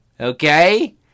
Okay